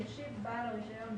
ישיב בעל הרישיון,